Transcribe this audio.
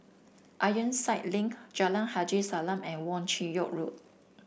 Ironside Link Jalan Haji Salam and Wong Chin Yoke Road